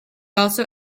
also